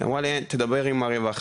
היא אמרה לי אין, תדבר עם הרווחה.